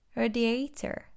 radiator